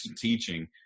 teaching